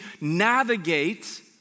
navigate